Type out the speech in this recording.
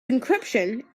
encryption